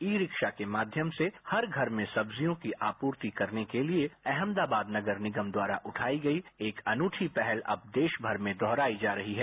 ई रिक्शा के माध्यम से हर घर में सब्जियों की आपूर्ति करने के लिए अहमदाबाद नगर निगम द्वारा उठाई गई एक अनूठी पहल अब देश मर में दोहराई जा रही है